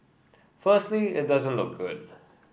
firstly it doesn't look good